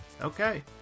Okay